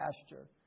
pasture